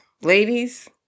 Ladies